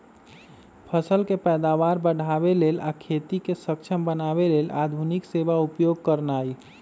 फसल के पैदावार बढ़ाबे लेल आ खेती के सक्षम बनावे लेल आधुनिक सेवा उपयोग करनाइ